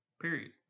Period